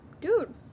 dude